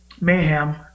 mayhem